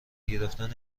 گرفتن